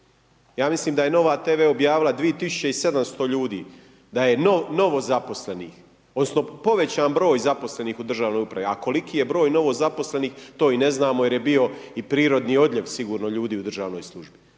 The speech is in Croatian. Ja mislim da je Nova TV objavila 2700 da je novozaposlenih odnosno povećan broj zaposlenih u državnoj upravi. A koliki je broj novozaposlenih, to i ne znamo jer je bio i prirodni odljev sigurno ljudi u državnoj službi.